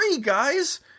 guys